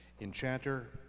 enchanter